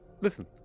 listen